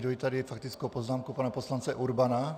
Eviduji tady faktickou poznámku pana poslance Urbana.